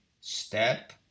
step